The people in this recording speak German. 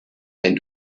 wenn